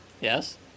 Yes